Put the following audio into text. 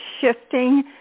shifting